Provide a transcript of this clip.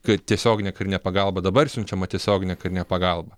tiesioginė karinė pagalba dabar siunčiama tiesioginė karinė pagalba